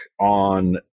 on